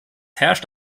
herrscht